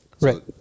Right